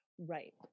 right